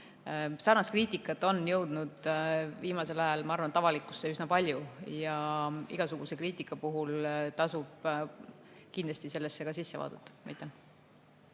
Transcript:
sarnast kriitikat on jõudnud viimasel ajal avalikkusse üsna palju ja igasuguse kriitika puhul tasub kindlasti sellesse ka sisse vaadata. Aitäh!